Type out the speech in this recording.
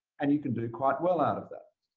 and you can do quite well out of that.